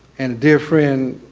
and a dear friend,